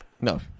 No